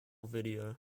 video